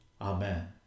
Amen